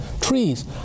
Trees